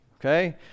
Okay